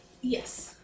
Yes